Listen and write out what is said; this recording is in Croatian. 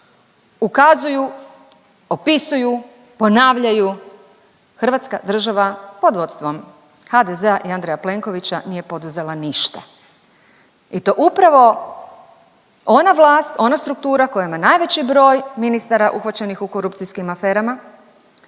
ukazuju, opisuju, ponavljaju Hrvatska država pod vodstvom HDZ-a i Andreja Plenkovića nije poduzela ništa. I to upravo ona vlast, ona struktura koja ima najveći broj ministara uhvaćenih u korupcijskim aferama,